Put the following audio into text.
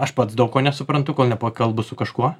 aš pats daug ko nesuprantu kol nepakalbu su kažkuo